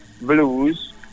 blues